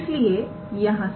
इसलिए यहां से